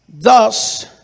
thus